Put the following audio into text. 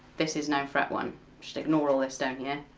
this is now fret one just ignore all this down here.